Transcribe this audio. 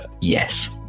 Yes